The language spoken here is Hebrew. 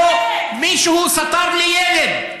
שבו מישהו סטר לילד,